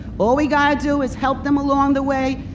all we gotta do is help them along the way,